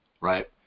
right